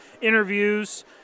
Interviews